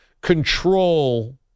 control